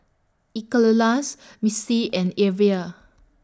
Nicolas Misti and Evia